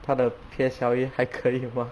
她的还可以吗